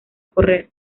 correr